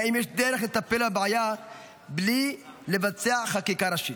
האם יש דרך לטפל בבעיה בלי לבצע חקיקה ראשית.